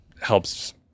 helps